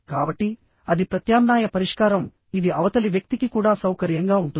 కాబట్టిఅది ప్రత్యామ్నాయ పరిష్కారంఇది అవతలి వ్యక్తికి కూడా సౌకర్యంగా ఉంటుంది